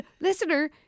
listener